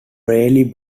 rarely